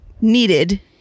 needed